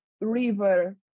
river